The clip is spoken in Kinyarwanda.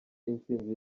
intsinzi